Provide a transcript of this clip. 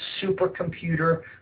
supercomputer